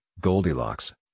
Goldilocks